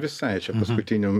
visai čia paskutiniu